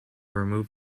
remove